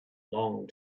long